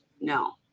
No